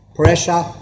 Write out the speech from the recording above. Pressure